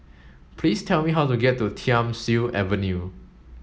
please tell me how to get to Thiam Siew Avenue